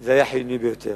זה היה חיוני ביותר.